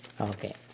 Okay